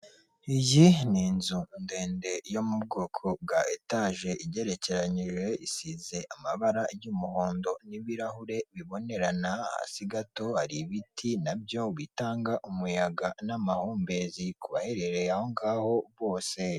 Iyi ni inzu ndende yo mu bwoko bwa etaje, igerekeranije isize amabara y'umuhondo n'ibirahure bibonerana, hasi gato ari ibiti nabyo bitanga umuyaga n'amahumbezi ku baherereye aho ngaho bose.